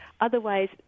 Otherwise